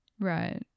Right